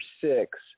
six